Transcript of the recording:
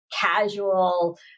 casual